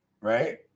right